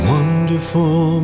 Wonderful